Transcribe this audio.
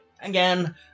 again